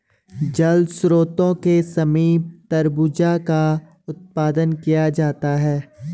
जल स्रोत के समीप तरबूजा का उत्पादन किया जाता है